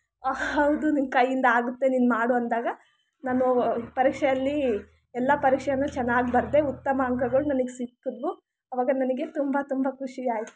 ಹೌದು ನಿನ್ನ ಕೈಯ್ಯಿಂದ ಆಗುತ್ತೆ ನೀನು ಮಾಡು ಅಂದಾಗ ನಾನು ಪರೀಕ್ಷೆಯಲ್ಲಿ ಎಲ್ಲ ಪರೀಕ್ಷೆಯಲ್ಲೂ ಚೆನ್ನಾಗಿ ಬರೆದೆ ಉತ್ತಮ ಅಂಕಗಳು ನನಗೆ ಸಿಕ್ಕಿದ್ವು ಆವಾಗ ನನಗೆ ತುಂಬ ತುಂಬ ಖುಷಿಯಾಯಿತು